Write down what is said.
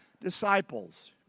Disciples